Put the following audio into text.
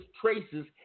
traces